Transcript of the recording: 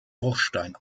bruchsteinen